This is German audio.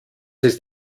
ist